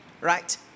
right